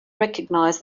recognize